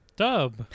dub